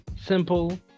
simple